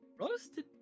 roasted